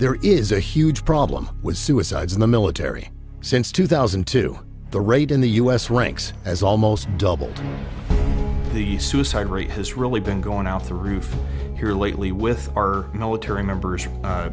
there is a huge problem with suicides in the military since two thousand and two the rate in the us ranks as almost double the the suicide rate has really been going out the roof here lately with our military members